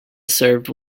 served